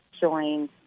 joined